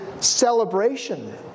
celebration